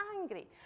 angry